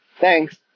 Thanks